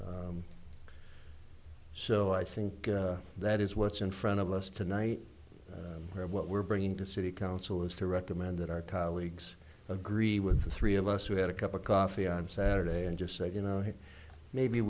so i think that is what's in front of us tonight or what we're bringing to city council was to recommend that our colleagues agree with the three of us who had a cup of coffee on saturday and just say you know hey maybe